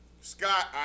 Scott